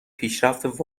پیشرفت